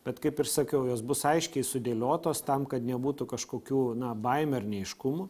bet kaip ir sakiau jos bus aiškiai sudėliotos tam kad nebūtų kažkokių baimių ar neaiškumų